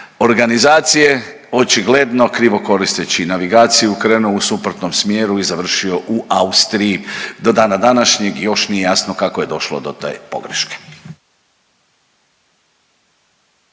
organizacije očigledno krivo koristeći navigaciju krenuo u suprotnom smjeru i završio u Austriji. Do dana današnjeg još nije jasno kako je došlo do te pogreške.